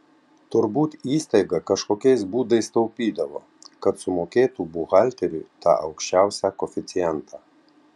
turbūt įstaiga kažkokiais būdais taupydavo kad sumokėtų buhalteriui tą aukščiausią koeficientą